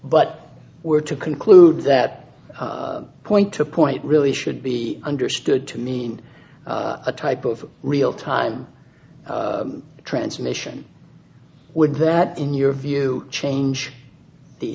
but we're to conclude that point to point really should be understood to mean a type of real time transmission would that in your view change the